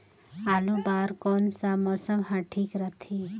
आलू बार कौन सा मौसम ह ठीक रथे?